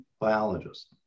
biologist